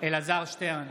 אלעזר שטרן,